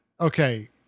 okay